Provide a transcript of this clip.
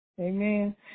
Amen